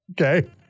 Okay